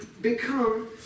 become